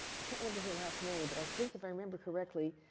i can't remember her last name. but i think if i remember correctly,